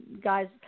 guys